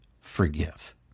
Forgive